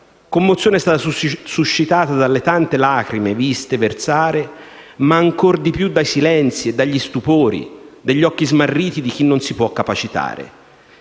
Commozione è stata suscitata dalle tante lacrime viste versare, ma ancor di più dai silenzi e dallo stupore degli occhi smarriti di chi non si può capacitare.